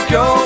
go